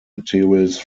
materials